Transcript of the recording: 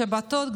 בשבתות,